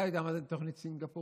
אתה יודע מה זה תוכנית סינגפור?